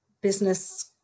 Business